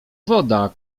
woda